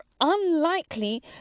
unlikely